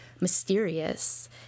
mysterious